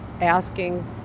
asking